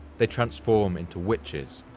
they transform into witches,